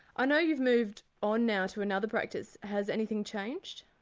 ah know you've moved on now to another practice has anything changed?